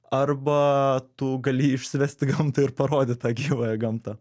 arba tu gali išsivest į gamtą ir parodyt tą gyvąją gamtą